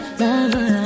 lover